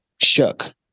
shook